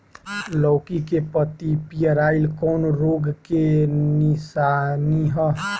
लौकी के पत्ति पियराईल कौन रोग के निशानि ह?